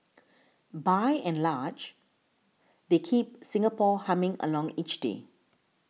by and large they keep Singapore humming along each day